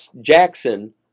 Jackson